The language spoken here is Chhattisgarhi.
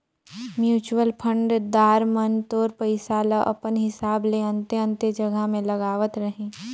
म्युचुअल फंड दार मन तोर पइसा ल अपन हिसाब ले अन्ते अन्ते जगहा में लगावत रहीं